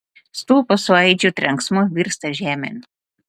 stulpas su aidžiu trenksmu virsta žemėn